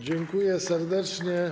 Dziękuję serdecznie.